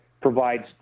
provides